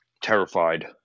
Terrified